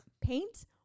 paint